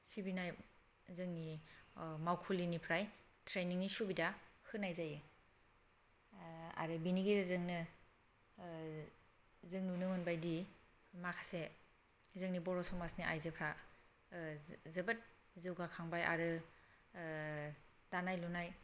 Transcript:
सिबिनाय जोंनि मावखुलिनिफ्राय ट्रेनिंनि सुबिदा होनाय जायो आरो बिनि गेजेरजोंनो जों नुनो मोनबाय दि माखासे जोंनि बर' समाजनि आइजोफ्रा जोबोद जौगाखांबाय आरो दानाय लुनाय